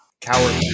Coward